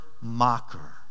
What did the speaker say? mocker